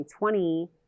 2020